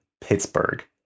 Pittsburgh